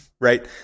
right